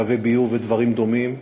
קווי ביוב ודברים דומים,